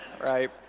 right